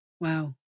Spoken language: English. wow